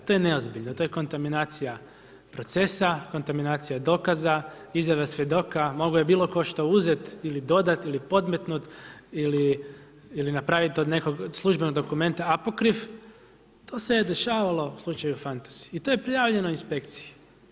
To je neozbiljno, to je kontaminacija procesa, kontaminacija dokaza, izrada svjedoka, mogao je bilo tko šta uzeti ili dodati ili podmetnuti ili napraviti od nekog službenog dokumenta apokrif, to se je dešavalo u slučaju Fantazi i to je prijavljeno inspekciji.